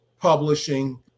publishing